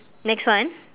next one